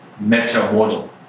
meta-model